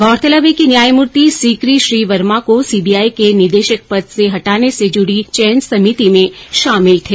गौरतलब है कि न्यायमूर्ति सिकरी श्री वर्मा को सीबीआई के निदेशक पद से हटाने से जुड़ी चयन समिति में शामिल थे